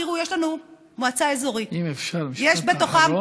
אם אפשר, משפט אחרון.